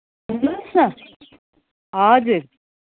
हजुर